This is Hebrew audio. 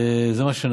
וזה מה שנעשה.